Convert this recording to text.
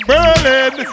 Berlin